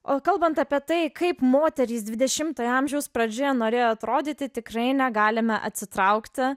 o kalbant apie tai kaip moterys dvidešimtojo amžiaus pradžioje norėjo atrodyti tikrai negalime atsitraukti